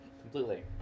completely